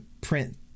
print